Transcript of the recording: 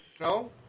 No